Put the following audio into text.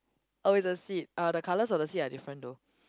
oh is the seed uh the colours of the seed are different though